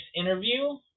interview